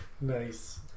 Nice